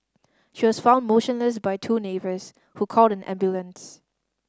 she was found motionless by two neighbours who called an ambulance